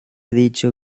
dicho